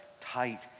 tight